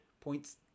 points